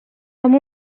amb